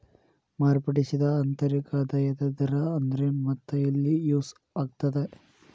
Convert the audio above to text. ಮಾರ್ಪಡಿಸಿದ ಆಂತರಿಕ ಆದಾಯದ ದರ ಅಂದ್ರೆನ್ ಮತ್ತ ಎಲ್ಲಿ ಯೂಸ್ ಆಗತ್ತಾ